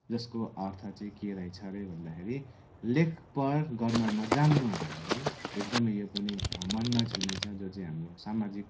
जसको अर्थ चाहिँ के रहेछ अरे भन्दाखेरि लेखपढ गर्न नजान्नु भनेर है चाहिँ एकदमै यो पनि मनमा छुने छ जो चाहिँ हाम्रो सामाजिक